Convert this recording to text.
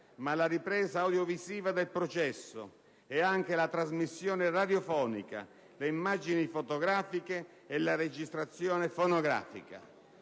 ma alla ripresa audiovisiva del processo e anche alla trasmissione radiofonica, alla ripresa delle immagini fotografiche e alla registrazione fonografica.